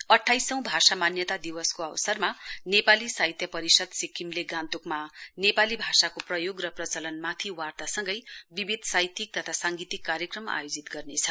अठाइसौं भाषा मान्यता दिवसको अवसरमा नेपाली साहित्य परिषद सिक्किमले गान्तोकमा नेपाली भाषाको प्रयोग र प्रचलन माथि वार्तासँगै विविध साहित्यिक तथा साङगीतिक कार्यक्रम आयोजित गर्नेछ